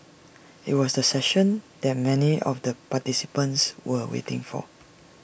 IT was the session that many of the participants were waiting for